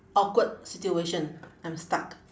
awkward situation I'm stuck